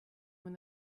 when